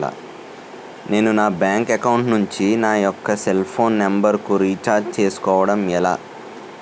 నేను నా bank account నుంచి నా యెక్క సెల్ ఫోన్ నంబర్ కు రీఛార్జ్ చేసుకోవడం ఎలా?